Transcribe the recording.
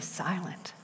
silent